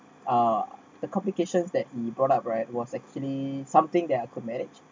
uh the complications that he brought up right was actually something that I could manage